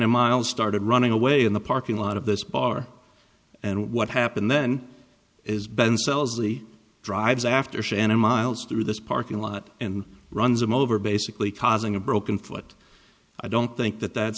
shannon miles started running away in the parking lot of this bar and what happened then is ben sells the drives after shannon miles through this parking lot and runs him over basically causing a broken foot i don't think that that